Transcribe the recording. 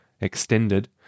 Extended